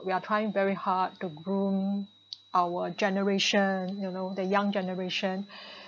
we are trying very hard to groom our generation you know the young generation